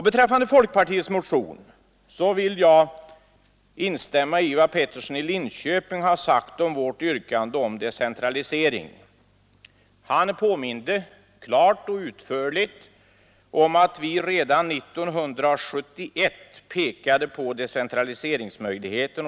Beträffande folkpartiets motion vill jag instämma i vad herr Peterson i Linköping sagt om vårt yrkande om decentralisering. Han påminde klart och utförligt om att vi redan 1971 pekade på decentraliseringsmöjligheten.